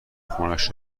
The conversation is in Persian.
خونش